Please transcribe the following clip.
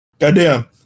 Goddamn